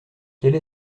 quelle